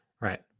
Right